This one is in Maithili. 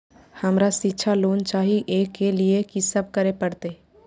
हमरा शिक्षा लोन चाही ऐ के लिए की सब करे परतै?